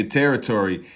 territory